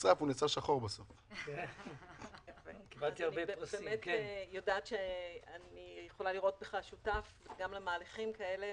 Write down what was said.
אני יודעת שאני יכולה לראות בך שותף גם למהלכים כאלה,